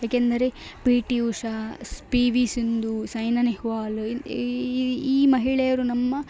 ಏಕೆಂದರೆ P T Usha ಸ್ P V Sindhu Saina Nehwal ಈ ಮಹಿಳೆಯರು ನಮ್ಮ